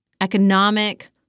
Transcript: economic